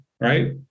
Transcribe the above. right